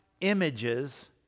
images